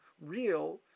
real